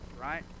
right